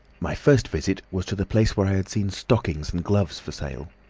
my first visit was to the place where i had seen stockings and gloves for sale.